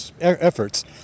efforts